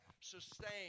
sustain